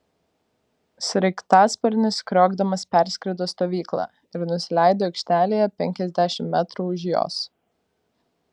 sraigtasparnis kriokdamas perskrido stovyklą ir nusileido aikštelėje penkiasdešimt metrų už jos